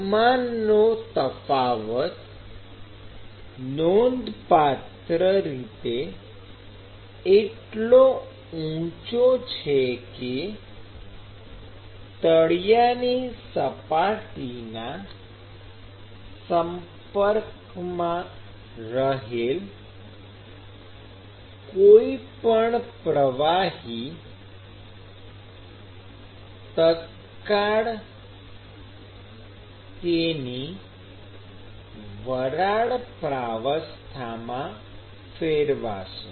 તાપમાનનો તફાવત નોંધપાત્ર રીતે એટલો ઉંચો છે કે તળિયાની સપાટીના સંપર્કમાં રહેલ કોઈપણ પ્રવાહી તત્કાળ તેની વરાળ પ્રાવસ્થામાં ફેરવાશે